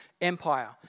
empire